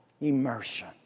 immersion